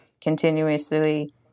continuously